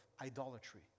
idolatry